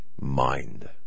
mind